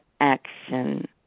action